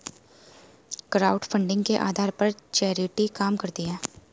crowdfunding के आधार पर चैरिटी काम करती है